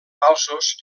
falsos